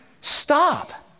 stop